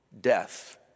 Death